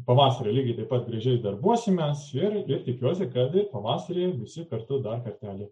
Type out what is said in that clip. pavasarį lygiai taip pat darbuosimės ir ir tikiuosi kad pavasarį visi kartu dar kartelį